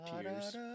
tears